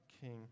king